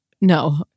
no